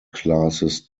classes